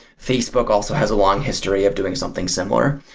facebook also has a long history of doing something similar.